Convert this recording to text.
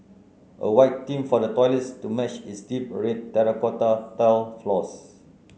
a white theme for the toilets to match its deep red terracotta tiled floors